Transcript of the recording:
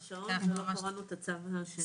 --- השעון, ועדיין לא קראנו את הצו השני.